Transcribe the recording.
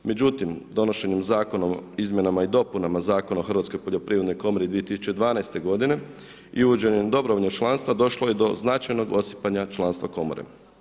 Međutim, donošenjem Zakona o izmjenama i dopunama Zakona o Hrvatskoj poljoprivrednoj komori 2012. godine i uvođenjem dobrovoljnog članstva, došlo je do značajnog osipanja članstva komore.